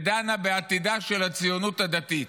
ודנה בעתידה של הציונות הדתית,